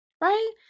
right